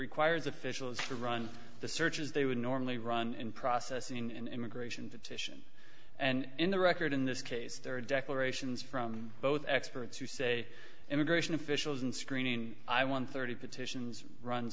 requires officials to run the searches they would normally run in process and in gratian petition and in the record in this case there are declarations from both experts who say immigration officials and screening i want thirty petitions run